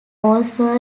also